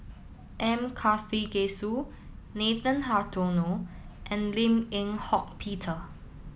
M Karthigesu Nathan Hartono and Lim Eng Hock Peter